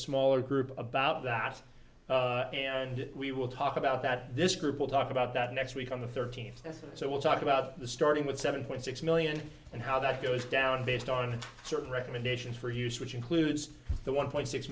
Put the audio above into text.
smaller group about that and we will talk about that this group will talk about that next week on the thirteenth so we'll talk about the starting with seven point six million and how that goes down based on your recommendations for use which includes the one point six